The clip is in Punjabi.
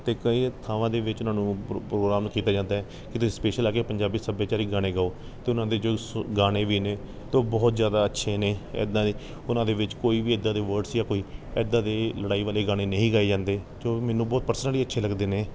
ਅਤੇ ਕਈ ਥਾਵਾਂ ਦੇ ਵਿੱਚ ਉਹਨਾਂ ਨੂੰ ਪ੍ਰੋ ਪ੍ਰੋਗਰਾਮ ਕੀਤਾ ਜਾਂਦਾ ਹੈ ਕਿਤੇ ਸਪੇਸ਼ਲ ਆ ਕੇ ਪੰਜਾਬੀ ਸੱਭਿਆਚਾਰਕ ਗਾਣੇ ਗਾਓ ਅਤੇ ਉਹਨਾਂ ਦੇ ਜੋ ਸੋ ਗਾਣੇ ਵੀ ਨੇ ਅਤੇ ਉਹ ਬਹੁਤ ਜ਼ਿਆਦਾ ਅੱਛੇ ਨੇ ਇੱਦਾਂ ਦੇ ਉਹਨਾਂ ਦੇ ਵਿੱਚ ਕੋਈ ਵੀ ਇੱਦਾਂ ਦੇ ਵਰਡਸ ਜਾਂ ਕੋਈ ਇੱਦਾਂ ਦੇ ਲੜਾਈ ਵਾਲੇ ਗਾਣੇ ਨਹੀਂ ਗਾਏ ਜਾਂਦੇ ਜੋ ਮੈਨੂੰ ਬਹੁਤ ਪਰਸਨਲੀ ਅੱਛੇ ਲੱਗਦੇ ਨੇ